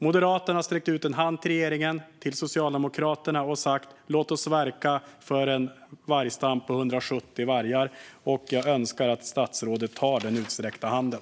Moderaterna har sträckt ut en hand till regeringen och Socialdemokraterna och sagt: Låt oss verka för en vargstam på 170 vargar. Jag önskar att statsrådet tar den utsträckta handen.